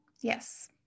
Yes